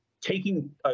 Taking